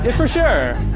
for sure.